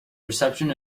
reception